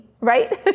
right